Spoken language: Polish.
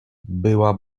była